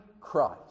christ